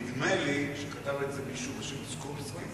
נדמה לי שכתב את זה מישהו בשם סקולסקי.